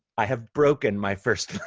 i have broken my first